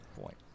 point